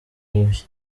huye